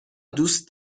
دوست